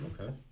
Okay